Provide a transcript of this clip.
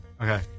Okay